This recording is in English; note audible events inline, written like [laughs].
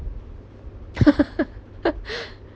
[laughs]